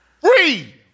free